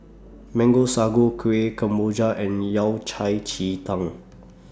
Mango Sago Kuih Kemboja and Yao Cai Ji Tang